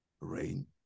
rain